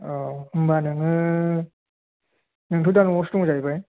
औ होमब्ला नोङो नोंथ' दा न'आवसो दं जाहैबाय